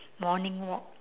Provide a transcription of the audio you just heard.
morning walk